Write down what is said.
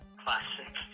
classic